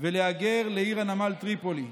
ולהגר לעיר הנמל טריפולי,